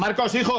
but classy.